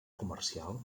comercial